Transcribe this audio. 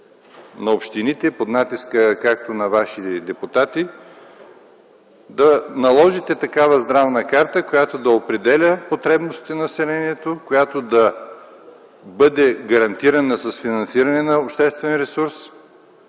на общините, под натиска както на ваши депутати, да наложите такава здравна карта, която да определя потребностите на населението, която да бъде гарантирана с финансиране на обществен ресурс.